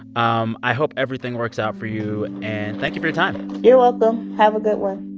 um i hope everything works out for you. and thank you for your time you're welcome. have a good one